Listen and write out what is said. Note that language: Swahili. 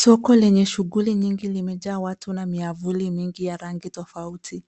Soko lenye shughuli nyingi limejaa watu na miavuli mingi ya rangi tofauti.